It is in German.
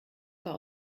zwar